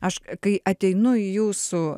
aš kai ateinu į jūsų